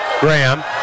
Graham